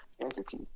entity